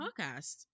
podcast